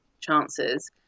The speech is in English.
chances